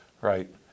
right